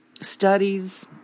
studies